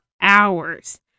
hours